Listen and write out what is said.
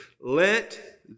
Let